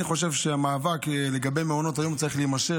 אני חושב שהמאבק לגבי מעונות היום צריך להימשך.